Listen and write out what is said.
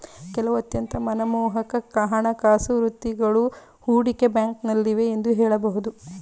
ಕೆಲವು ಅತ್ಯಂತ ಮನಮೋಹಕ ಹಣಕಾಸು ವೃತ್ತಿಗಳು ಹೂಡಿಕೆ ಬ್ಯಾಂಕ್ನಲ್ಲಿವೆ ಎಂದು ಹೇಳಬಹುದು